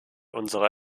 unserer